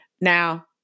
Now